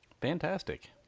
Fantastic